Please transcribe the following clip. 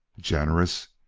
generous!